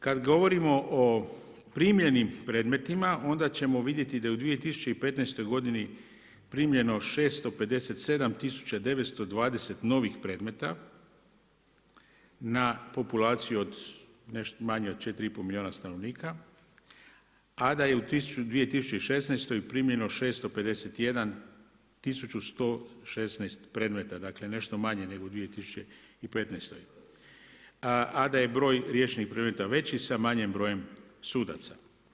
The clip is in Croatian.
Kada govorimo o primljenim predmetima, onda ćemo vidjeti da je u 2015. godini primljeno 657 tisuća 920 novih predmeta na populaciju od nešto manje od 4,5 milijuna stanovnika a da je u 2016. primljeno 651, 1116 predmeta, dakle nešto manje nego u 2015. a da je broj riješenih predmeta veći sa manjim brojem sudaca.